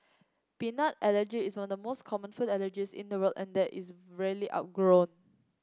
peanut allergy is one of the most common food allergies in the world and one that is rarely outgrown